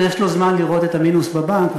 יש לו זמן לראות את המינוס בבנק,